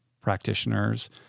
practitioners